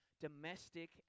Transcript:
domestic